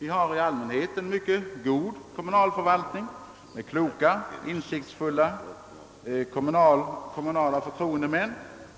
Vi har i allmänhet en mycket god kommunal förvaltning med kloka och insiktsfulla förtroendemän